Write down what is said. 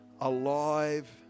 alive